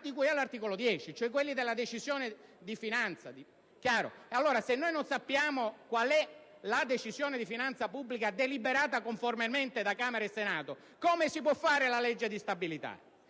di cui all'articolo 10, e dunque riferiti alla Decisione di finanza pubblica. Pertanto, se non si conosce qual è la Decisione di finanza pubblica deliberata conformemente da Camera e Senato, come si può esaminare la legge di stabilità?